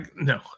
No